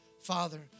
Father